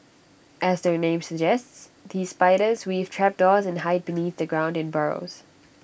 as their name suggests these spiders weave trapdoors and hide beneath the ground in burrows